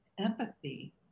empathy